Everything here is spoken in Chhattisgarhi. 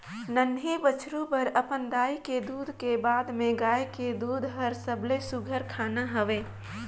नान्हीं बछरु बर अपन दाई के दूद के बाद में गाय के दूद हर सबले सुग्घर खाना हवे